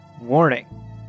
warning